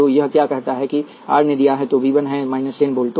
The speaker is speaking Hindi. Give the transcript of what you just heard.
तो यह क्या कहता है कि R ने दिया है तो V 1 है 10 वोल्ट